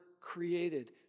created